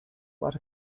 what